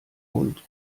hund